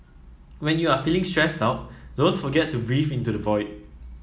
when you are feeling stressed out don't forget to breathe into the void